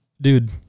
Dude